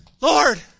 Lord